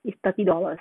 is thirty dollars